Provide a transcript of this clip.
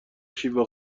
شیوا